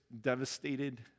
devastated